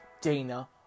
Dana